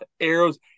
arrows